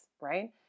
right